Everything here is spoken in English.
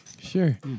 Sure